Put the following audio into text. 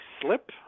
slip